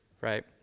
right